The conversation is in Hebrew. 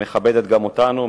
מכבדת גם אותנו,